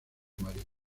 marido